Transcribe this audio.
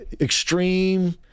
extreme